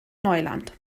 neuland